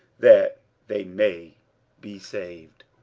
that they may be saved.